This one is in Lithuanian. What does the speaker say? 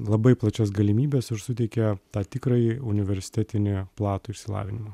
labai plačias galimybes ir suteikia tą tikrąjį universitetinį platų išsilavinimą